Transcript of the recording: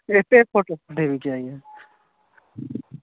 ଏତେ ଫଟୋ ପଠେଇବି କି ଆଜ୍ଞା